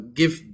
give